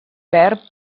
verb